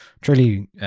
truly